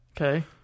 Okay